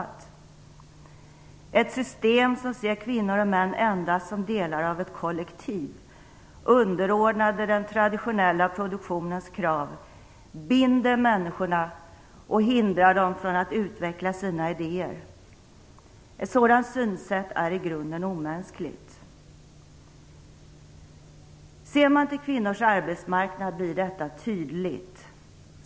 Det är ett system som ser kvinnor och män endast som delar av ett kollektiv, underordnade den traditionella produktionens krav, binder människorna och hindrar dem från att utveckla sina idéer. Ett sådant synsätt är i grunden omänskligt. Ser man till kvinnors arbetsmarknad blir detta tydligt.